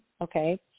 Okay